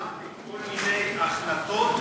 מונעת מכל מיני החלטות,